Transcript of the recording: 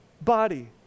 body